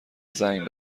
زنگ